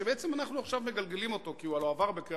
שבעצם עכשיו אנחנו מגלגלים אותו כי הוא עבר בקריאה